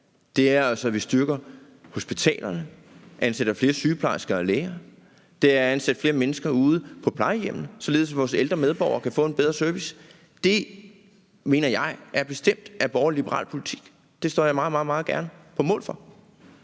altså, at vi styrker hospitalerne, det er, at vi ansætter flere sygeplejersker og læger, og det er at ansætte flere mennesker ude på plejehjemmene, således at vores ældre medborgere kan få en bedre service. Det mener jeg bestemt er borgerlig-liberal politik, og det står jeg meget, meget gerne på mål for.